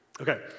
Okay